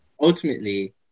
ultimately